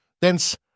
Thence